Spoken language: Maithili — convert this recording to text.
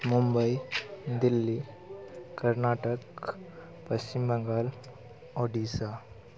मुंबइ दिल्ली कर्नाटक पश्चिम बंगाल ओड़िसा